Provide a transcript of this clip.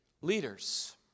leaders